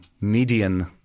median